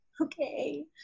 okay